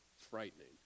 frightening